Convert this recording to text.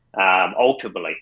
ultimately